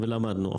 ולמדנו.